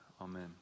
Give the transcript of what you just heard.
Amen